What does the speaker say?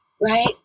right